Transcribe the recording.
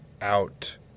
out